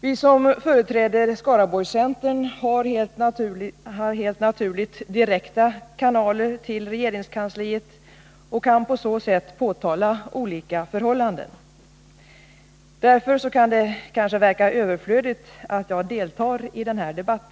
Vi som företräder Skaraborgscentern har helt naturligt direkta kanaler till regeringskansliet och kan på så sätt påtala olika förhållanden. Därför kan det verka överflödigt att jag deltar i denna debatt.